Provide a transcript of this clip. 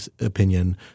opinion